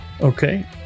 Okay